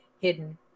hidden